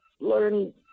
learn